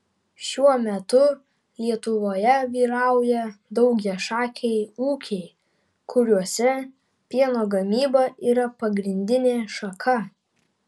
šiuo metu lietuvoje vyrauja daugiašakiai ūkiai kuriuose pieno gamyba yra pagrindinė šaka